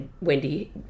Wendy